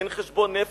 אין חשבון נפש.